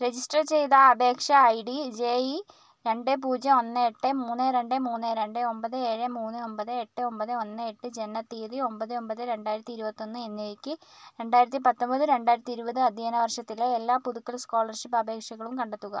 register ചെയ്ത അപേക്ഷ I D J E രണ്ട് പൂജ്യം ഒന്ന് എട്ട് മൂന്ന് രണ്ട് മൂന്ന് രണ്ട് ഒൻപത് ഏഴ് മൂന്ന് ഒൻപത് എട്ട് ഒൻപത് ഒന്ന് എട്ട് ജനനതീയതി ഒൻപത് ഒൻപത് രണ്ടായിരത്തി ഇരുപത്തിയൊന്ന് എന്നിവയ്ക്ക് രണ്ടായിരത്തി പത്തൊൻപത് രണ്ടായിരത്തി ഇരുപത് അധ്യയന വർഷത്തിലെ എല്ലാ പുതുക്കൽ സ്കോളർഷിപ്പ് അപേക്ഷകളും കണ്ടെത്തുക